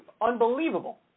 Unbelievable